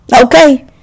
Okay